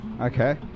Okay